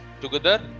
together